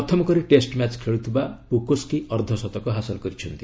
ପ୍ରଥମ କରି test match ଖେଳୁଥିବା ପୁକୋସ୍କି ଅର୍ଦ୍ଧଶତକ ହାସଲ କରିଛନ୍ତି